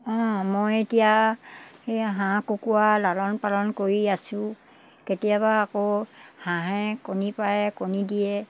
অঁ মই এতিয়া এই হাঁহ কুকুৰা লালন পালন কৰি আছো কেতিয়াবা আকৌ হাঁহে কণী পাৰে কণী দিয়ে